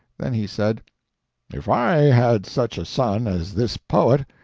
then he said if i had such a son as this poet,